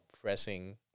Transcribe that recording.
pressing